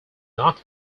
not